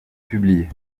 publiées